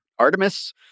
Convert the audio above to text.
Artemis